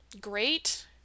great